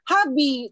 Hobby